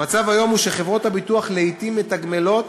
המצב היום הוא שחברות הביטוח לעתים מתגמלות